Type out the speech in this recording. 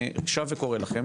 אני שב וקורא לכם,